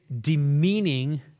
demeaning